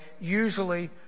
usually